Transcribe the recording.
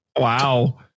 Wow